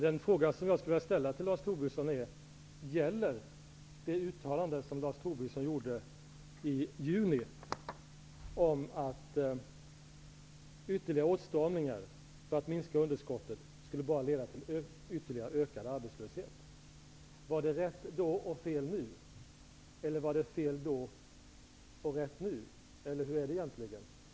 Herr talman! Den fråga som jag vill ställa till Lars Tobisson gjorde i juni om att ytterligare åtstramningar för att minska underskottet bara skulle leda till ökad arbetslöshet? Var det rätt då och fel nu, eller var det fel då och rätt nu? Hur är det egentligen?